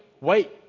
wait